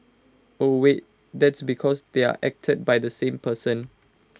oh wait that's because they're acted by the same person